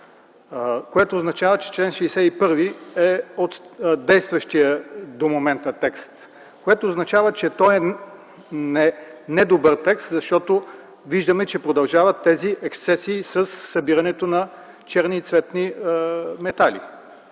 от закона, действащия до момента текст, което означава, че той е недобър текст, защото виждаме, че продължават ексцесиите със събирането на черни и цветни метали.